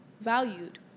valued